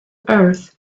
earth